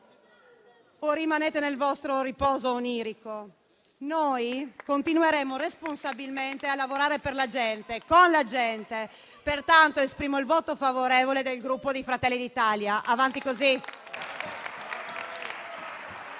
o rimanete nel vostro riposo onirico, noi continueremo responsabilmente a lavorare per la gente, con la gente. Pertanto, esprimo il voto favorevole del Gruppo Fratelli d'Italia. Avanti così.